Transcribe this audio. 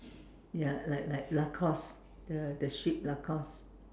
ya like like Lacoste the the ship Lacoste